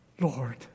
Lord